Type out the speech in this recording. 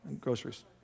Groceries